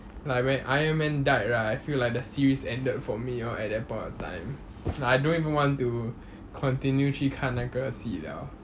like when iron man died right I feel like the series ended for me lor at that point of time like I don't even want to continue 去看那个戏 liao